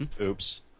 Oops